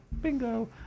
bingo